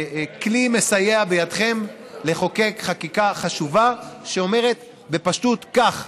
כלי מסייע בידיכם לחוקק חקיקה חשובה שאומרת בפשטות כך: